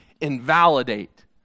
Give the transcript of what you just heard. invalidate